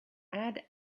add